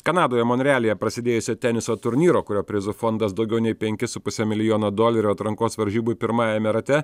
kanadoje monrealyje prasidėjusią teniso turnyro kurio prizų fondas daugiau nei penkis su puse milijono dolerių atrankos varžybų pirmajame rate